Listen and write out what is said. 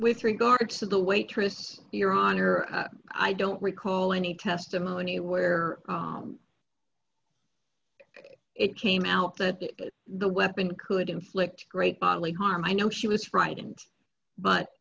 with regard to the waitress your honor i don't recall any testimony where it came out that the weapon could inflict great bodily harm i know she was frightened but